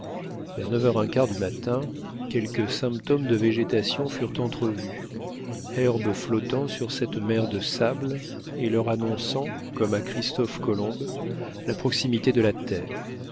vers neuf heures un quart du matin quelques symptômes de végétation furent entrevus herbes flottant sur cette mer de sable et leur annonçant comme à christophe colomb la proximité de la terre